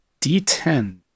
D10